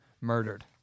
murdered